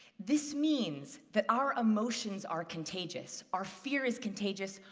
this means that our emotions are contagious. our fear is contagious.